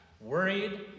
worried